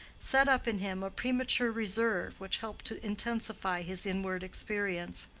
set up in him a premature reserve which helped to intensify his inward experience.